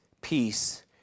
peace